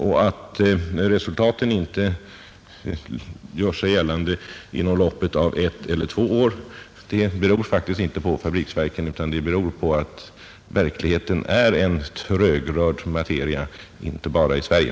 Att resultaten inte gör sig gällande inom loppet av ett eller två år beror faktiskt inte på fabriksverken utan på att verkligheten är en trögrörd materia, inte bara i Sverige.